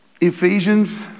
Ephesians